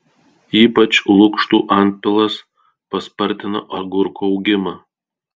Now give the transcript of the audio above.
ypač lukštų antpilas paspartina agurkų augimą